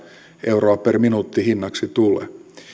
euroa per minuutti hinnaksi tule